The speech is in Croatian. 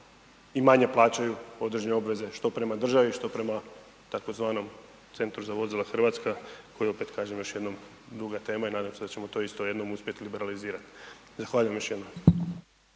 i manje plaćaju određene obveze što prema državi, što prema tzv. Centru za vozila Hrvatska, koji opet kažem još jednom druga je tema i nadam se da ćemo to isto jednom uspjet liberalizirat. Zahvaljujem još jednom.